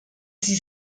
sie